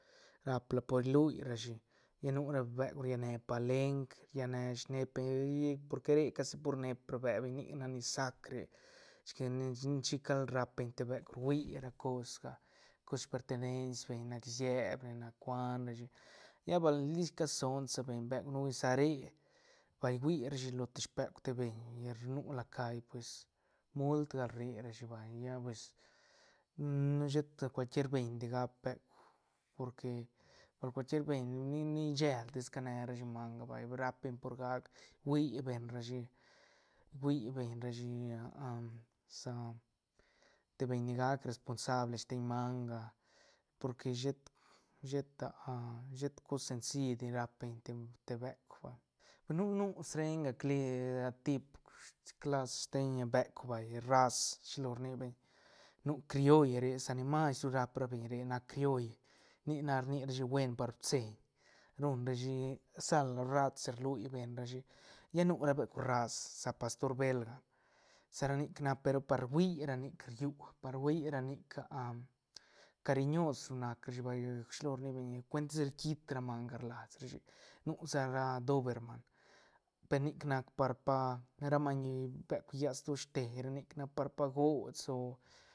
Rap la por luirashi ya nu ra beuk riane palenk ria ne sneep beñ porque re casi pur neep rbe beñ nic nac ni sac re chic ne chic gal rap beñ te beuk rui ra cos- cos sperte nenci beñ nac sieb nac cuan rashi ya bal tica sons tis beñ beuk sa re bal hui rashi lo te speuk beñ nu la cai pues mult gal rri rashi vay ya pues sheta cualquier beñ di gap beuk porque cuaquier beñ ni- ni sheltis ca ne rashi manga vay rap beñ por gac hui beñ rashi- hui beñ rashi sa te beñ ni gac responsable steñ manga porque shet- shet shet cos senci dine rap beñ te- te beuk va nu- nu srenga clii tip clas steñ beuk vay raz shilo rni beñ nu crioll re sa ni mas ru rap ra beñ re nac cioll nic nac rni rashi buen par pitseiñ ruñ rashi sal rat shi rlui beñ rashi ya nu ra beuk raz sa pastor belga sa ra nic nac pe ru par hui ra nic llú par hui ra nic cariños ru nac rashi vay shilo rni beñ cuentis riit ra manga rlas rashi nu sa ra doberman per nic nac par pa ra maiñ beuk llas doshte ra nic nac par pa gots o.